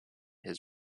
his